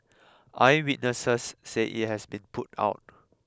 eyewitnesses say it has been put out